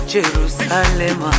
Jerusalem